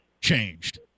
changed